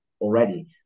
already